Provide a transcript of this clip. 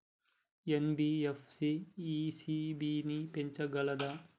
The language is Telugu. ఎన్.బి.ఎఫ్.సి ఇ.సి.బి ని పెంచగలదా?